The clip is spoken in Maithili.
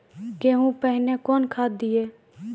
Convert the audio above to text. गेहूँ पहने कौन खाद दिए?